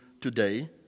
today